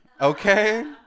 okay